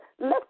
let